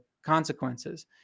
consequences